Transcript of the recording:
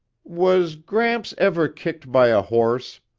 was gramps ever kicked by a horse?